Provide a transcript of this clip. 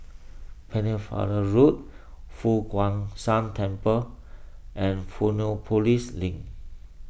Pennefather Road Fo Guang Shan Temple and Fusionopolis Link